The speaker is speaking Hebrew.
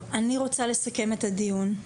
טוב, אני רוצה לסכם את הדיון.